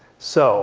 so